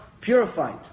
purified